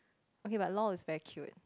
okay but lol is very cute